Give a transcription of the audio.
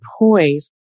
poise